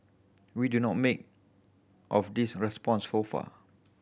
we do not make of these responses so far